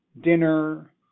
dinner